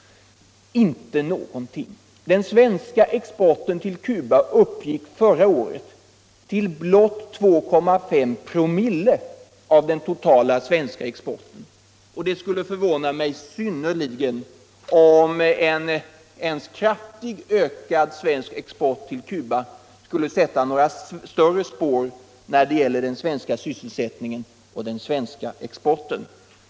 Inte mycket. Den svenska exporten till Cuba uppgick förra året till blott 2,5 4, av den totala svenska exporten, och det skulle förvåna mig synnerligen om ens en kraftigt ökad svensk export till Cuba skulle sätta några större spår i den svenska sysselsättningen och exporten.